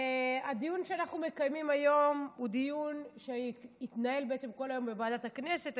הדיון שאנחנו מקיימים היום הוא דיון שהתנהל בעצם כל היום בוועדת הכנסת.